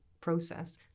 process